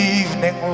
evening